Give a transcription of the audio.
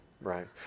right